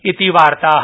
इति वार्ता